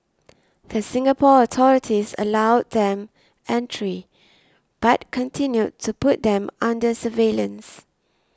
the Singapore authorities allowed them entry but continued to put them under surveillance